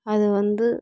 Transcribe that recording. அதுவந்து